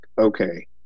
okay